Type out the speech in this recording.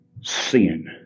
sin